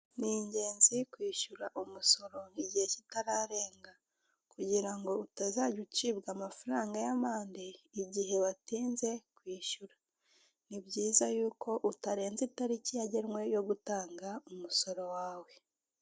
Ni ingenzi kwishyura umusoro igihe kitararenga kugira ngo utazajya ucibwa amafaranga y'amande igihe watinde kwishyura. Ni byiza ko utarenza itariKi yagenwe yo gutanga umusoro wawe .